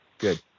Good